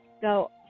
go